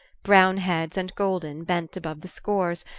brown heads and golden bent above the scores,